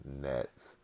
Nets